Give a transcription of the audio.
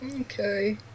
okay